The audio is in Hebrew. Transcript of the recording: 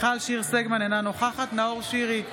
מיכל שיר סגמן, אינה נוכחת נאור שירי,